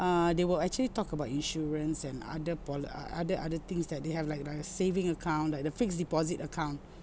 uh they will actually talk about insurance and other pol~ other other things that they have like like uh saving account like the fixed deposit account